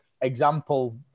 example